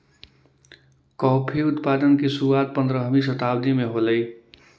coffee उत्पादन की शुरुआत पंद्रहवी शताब्दी में होलई